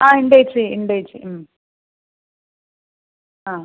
ആ ഉണ്ട് ഏച്ചി ഉണ്ട് ഏച്ചി മ് ആ